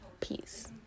peace